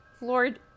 Lord